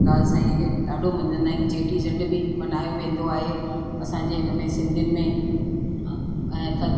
लाल सांईअ खे ॾाढो मञंदा आहियूं चेटीचंड बि मल्हायो वेंदो आहे असांजे हिन में सिंधियुनि में ऐं थधि